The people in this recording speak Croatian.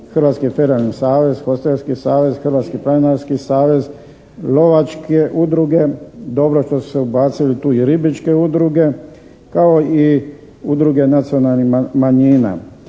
Hrvatski ferijalni savez, Hostelski savez, Hrvatski planinarski savez, lovačke udruge. Dobro što su se tu ubacile i ribičke udruge kao i Udruge nacionalnih manjina.